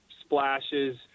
splashes